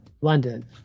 London